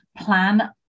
plan